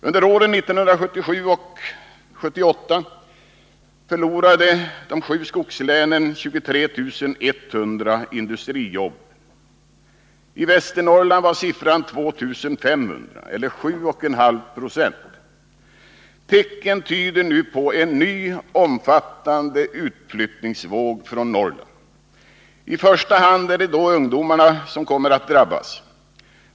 Under åren 1977 och 1978 förlorade de sju skogslänen 23 100 industrijobb. I Västernorrland var siffran 2 500 eller 7,5 90. Tecken tyder nu på en ny omfattande utflyttningsvåg från Norrland. I första hand är det då ungdomarna som kommer att drabbas.